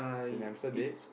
is the hamster dead